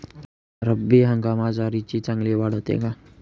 रब्बी हंगामात ज्वारीची चांगली वाढ होते का?